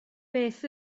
beth